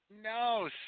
No